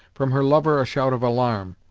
from her lover a shout of alarm,